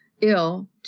ill